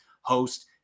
host